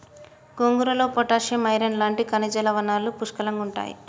గోంగూరలో potassium, iron లాంటి ఖనిజ లవణాలు పుష్కలంగుంటాయి